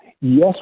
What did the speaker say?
Yes